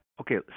Okay